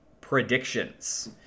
predictions